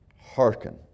Hearken